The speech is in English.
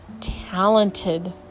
talented